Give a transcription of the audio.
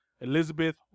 Elizabeth